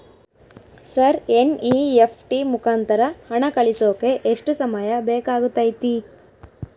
Sir NEFT ಮುಖಾಂತರ ಹಣ ಕಳಿಸೋಕೆ ಎಷ್ಟು ಸಮಯ ಬೇಕಾಗುತೈತಿ?